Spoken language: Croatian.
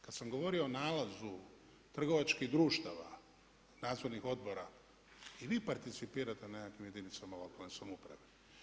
Kad sam govorio o nalazu trgovačkih društava, nadzornih odbora i vi participirate u nekakvim jedinicama lokalne samouprave.